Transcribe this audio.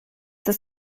das